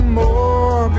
more